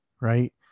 right